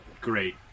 Great